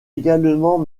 également